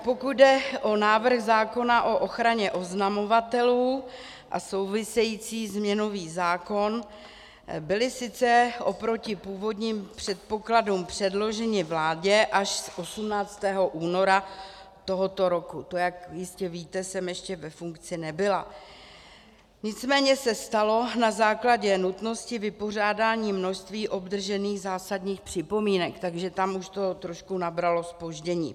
Pokud jde o návrh zákona o ochraně oznamovatelů a související změnový zákon, byly sice oproti původním předpokladům předloženy vládě až 18. února tohoto roku, to, jak jistě víte, jsem ještě ve funkci nebyla, nicméně se tak stalo na základě nutnosti vypořádání množství obdržených zásadních připomínek, takže tam už to trošku nabralo zpoždění.